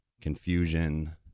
confusion